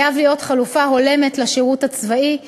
חייב להיות חלופה הולמת לשירות הצבאי,